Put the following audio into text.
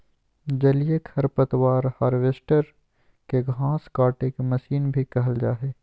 जलीय खरपतवार हार्वेस्टर, के घास काटेके मशीन भी कहल जा हई